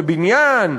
בבניין,